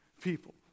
people